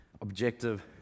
objective